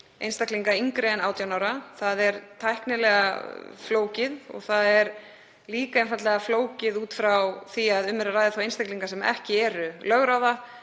einstaklinga yngri en 18 ára. Það er tæknilega flókið og það er líka einfaldlega flókið út frá því að þá er um að ræða einstaklinga sem ekki eru lögráða.